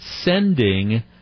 sending